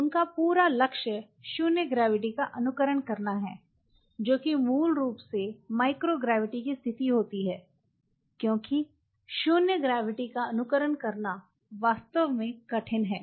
उनका पूरा लक्ष्य शून्य ग्रेविटी का अनुकरण करना है जो कि मूल रूप से माइक्रो ग्रेविटी की स्थिति होती है क्योंकि शून्य ग्रेविटी का अनुकरण करना वास्तव में कठिन है